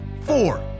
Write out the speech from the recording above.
four